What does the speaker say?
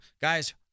Guys